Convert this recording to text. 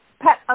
pet